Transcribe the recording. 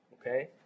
okay